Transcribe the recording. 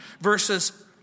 verses